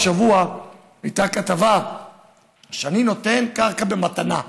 השבוע הייתה כתבה שאני נותן קרקע במתנה,